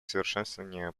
совершенствования